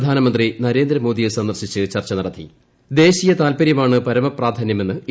പ്രധാനമന്ത്രി നരേന്ദ്രമോദിയെ സന്ദർശിച്ച് ചർച്ച ദേശീയ താത്പര്യമാണ് പരമ പ്രധാനമെന്ന് നടത്തി